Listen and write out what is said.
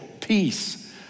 peace